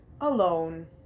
Alone